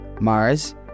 Mars